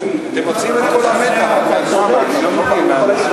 אני יכול להביא הצעה לסדר אחרי שאני עולה.